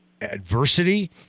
adversity